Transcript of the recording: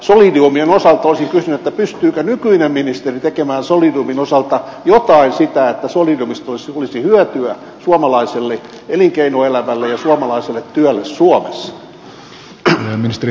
solidiumin osalta olisin kysynyt pystyykö nykyinen ministeri tekemään solidiumin osalta jotain että solidiumista olisi hyötyä suomalaiselle elinkeinoelämälle ja suomalaiselle työlle suomessa